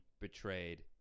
betrayed